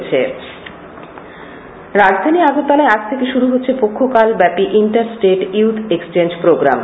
youth exchange রাজধানী আগরতলায় আজ থেকে শুরু হচ্ছে পক্ষকালব্যাপী inter state youth exchange programme